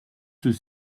ceux